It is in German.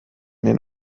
den